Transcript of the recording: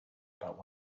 about